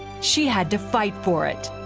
she had to fight for it.